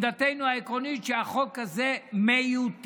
עמדתנו העקרונית היא שהחוק הזה מיותר.